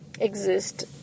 exist